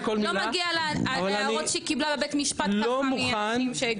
לא מגיע לה ההערות שהיא קבילה בבית המשפט ככה מאנשים שהגיעו.